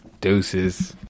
Deuces